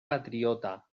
patriota